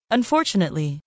Unfortunately